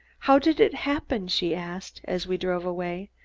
how did it happen? she asked, as we drove away.